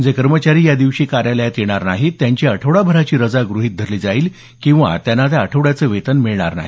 जे कर्मचारी या दिवशी कार्यालयात येणार नाही त्यांची आठवडाभराची रजा गृहित धरली जाईल किंवा त्यांना त्या आठवड्याचे वेतन मिळणार नाही